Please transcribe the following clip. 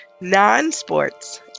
non-sports